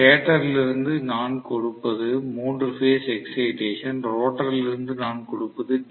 ஸ்டேட்டரிலிருந்து நான் கொடுப்பது மூன்று பேஸ் எக்ஸைடேசன் ரோட்டரிலிருந்து நான் கொடுப்பது டி